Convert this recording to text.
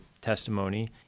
testimony